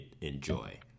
enjoy